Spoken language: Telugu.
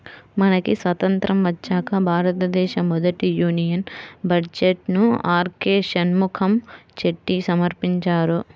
మనకి స్వతంత్రం వచ్చాక భారతదేశ మొదటి యూనియన్ బడ్జెట్ను ఆర్కె షణ్ముఖం చెట్టి సమర్పించారు